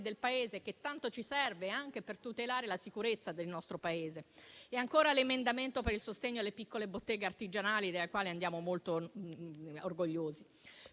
monumentale che tanto ci serve anche per tutelare la sicurezza del nostro Paese. E ancora, c'è l'emendamento per il sostegno alle piccole botteghe artigianali, delle quali andiamo molto orgogliosi.